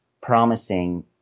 promising